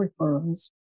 referrals